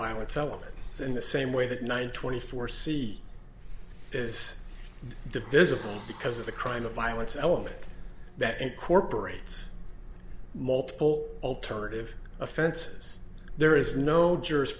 element in the same way that nine twenty four c is divisible because of the crime of violence element that incorporates multiple alternative offenses there is no